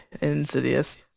insidious